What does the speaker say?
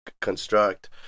construct